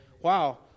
Wow